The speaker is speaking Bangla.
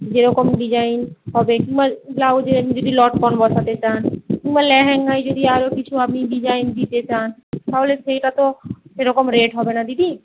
যে রকম ডিজাইন হবে কিংবা ব্লাউজের যদি লটকন বসাতে চান কিংবা লেহেঙ্গায় যদি আরও কিছু আপনি ডিজাইন দিতে চান তাহলে সেইটা তো সেই রকম রেট হবে না দিদি